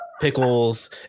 pickles